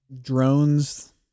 drones